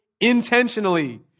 intentionally